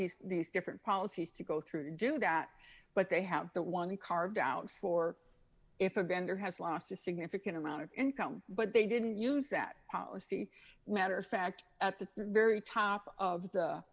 have these different policies to go through to do that but they have the one carved out for if a vendor has lost a significant amount of income but they didn't use that policy letter fact at the very top of the